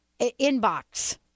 inbox